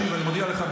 אני מודיע לך,